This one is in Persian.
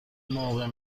موقع